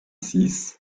six